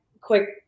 quick